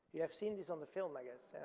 you have seen this on the film, i guess, and